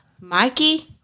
Mikey